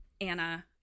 anna